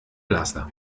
laster